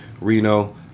Reno